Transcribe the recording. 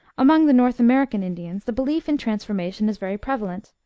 among the north american indians, the belief in transformation is very prevalent.